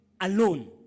alone